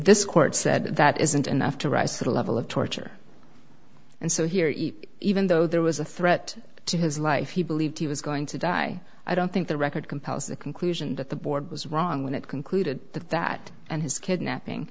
this court said that isn't enough to rise to the level of torture and so here even though there was a threat to his life he believed he was going to die i don't think the record compels the conclusion that the board was wrong when it concluded that that and his kidnapping